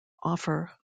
offer